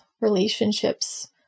relationships